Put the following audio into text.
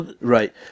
Right